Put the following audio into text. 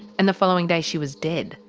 and the following day she was dead?